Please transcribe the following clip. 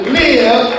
live